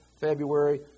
February